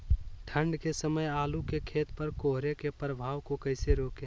ठंढ के समय आलू के खेत पर कोहरे के प्रभाव को कैसे रोके?